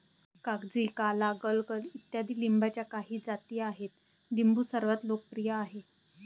कागजी, काला, गलगल इत्यादी लिंबाच्या काही जाती आहेत लिंबू सर्वात लोकप्रिय आहे